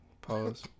Pause